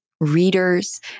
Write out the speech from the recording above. readers